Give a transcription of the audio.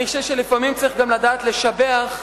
אני חושב שלפעמים צריך לדעת לשבח,